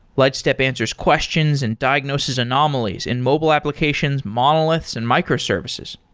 lightstep answers questions and diagnoses anomalies in mobile applications, monoliths and microservices.